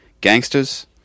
gangsters